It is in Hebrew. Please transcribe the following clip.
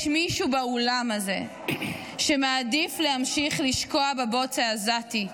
יש מישהו באולם הזה שמעדיף להמשיך לשקוע בבוץ העזתי,